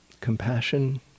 compassion